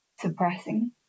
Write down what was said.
suppressing